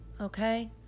okay